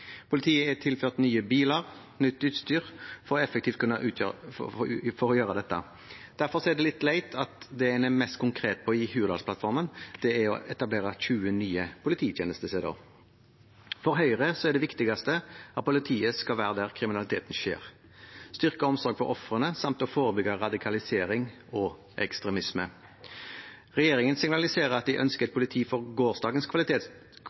Politiet er tilført nye biler og nytt utstyr for effektivt å kunne gjøre dette. Derfor er det litt leit at det en er mest konkret på i Hurdalsplattformen, er å etablere 20 nye polititjenestesteder. For Høyre er det viktigste at politiet skal være der kriminaliteten skjer, styrket omsorg for ofrene samt å forebygge radikalisering og ekstremisme. Regjeringen signaliserer at de ønsker et politi for gårsdagens